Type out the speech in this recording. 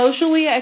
socially